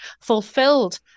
fulfilled